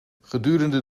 gedurende